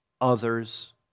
others